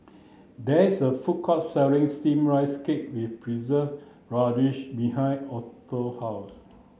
there is a food court selling steamed rice cake with preserved radish behind Orson's house